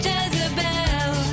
Jezebel